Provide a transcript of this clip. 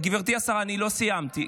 גברתי השרה, אני לא סיימתי.